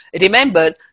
Remember